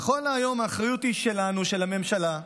נכון להיום, האחריות היא שלנו, של הממשלה,